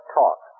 talk